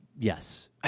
yes